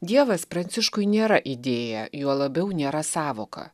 dievas pranciškui nėra idėja juo labiau nėra sąvoka